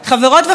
אני חייבת לומר,